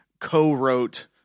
co-wrote